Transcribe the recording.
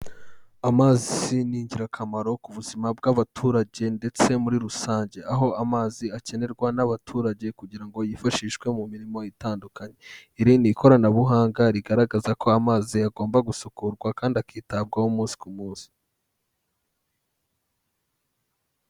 Amazi ni ingirakamaro ku buzima bw'abaturage ndetse muri rusange aho amazi akenerwa n'abaturage kugira ngo yifashishwe mu mirimo itandukanye, iri ni ikoranabuhanga rigaragaza ko amazi agomba gusukurwa kandi akitabwaho umunsi ku munsi.